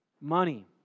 Money